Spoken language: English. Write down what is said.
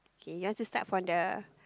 K you want to start from the